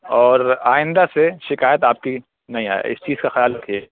اور آئندہ سے شکایت آپ کی نہیں آئے اس چیز کا خیال رکھیے